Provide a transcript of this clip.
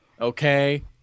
Okay